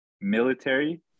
military